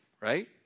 right